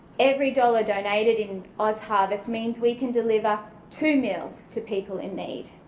every dollar donated in ozharvest means we can deliver two meals to people in need.